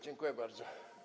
Dziękuję bardzo.